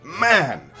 man